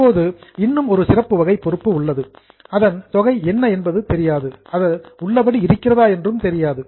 இப்போது இன்னும் ஒரு சிறப்பு வகை பொறுப்பு உள்ளது அதன் தொகை என்ன என்பதும் தெரியாது அது உள்ளபடி இருக்கிறதா என்றும் தெரியாது